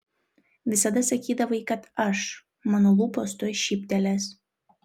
visada sakydavai kad aš mano lūpos tuoj šyptelės